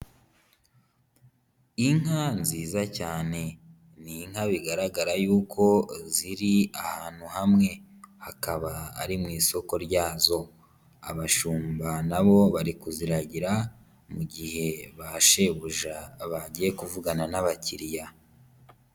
Inka nziza cyane ni inka bigaragara yuko ziri ahantu hamwe, hakaba ari mu isoko ryazo, abashumba na bo bari kuziragira mu gihe ba shebuja bagiye kuvugana n'abakiriya.